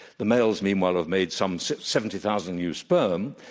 the males, meanwhile, have made some seventy thousand new sperm.